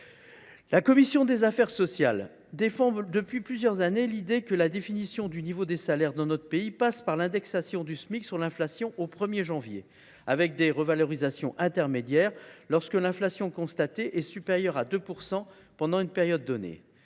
commission des affaires sociales soutient l’idée que la définition du niveau des salaires, dans notre pays, doit passer par l’indexation du Smic sur l’inflation au 1 janvier, avec des revalorisations intermédiaires lorsque l’inflation constatée est supérieure à 2 % pendant une période donnée.